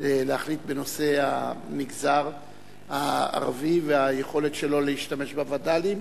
להחליט בנושא המגזר הערבי והיכולת שלו להשתמש בווד"לים,